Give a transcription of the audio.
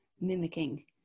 mimicking